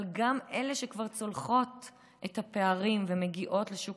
אבל גם אלה שכבר צולחות את הפערים ומגיעות לשוק